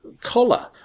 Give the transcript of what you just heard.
Collar